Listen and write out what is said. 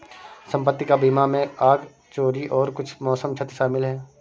संपत्ति का बीमा में आग, चोरी और कुछ मौसम क्षति शामिल है